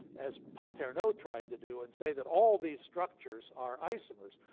as paterno tried to do, and say that all these structures are isomers.